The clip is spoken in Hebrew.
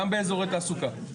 גם באיזורי תעסוקה?